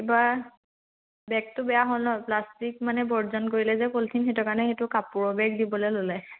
এইবাৰ বেগটো বেয়া হ'ল ন প্লাষ্টিক মানে বৰ্জন কৰিলে যে পলথিন সেইটো কাৰণে সেইটো কাপোৰৰ বেগ দিবলৈ ল'লে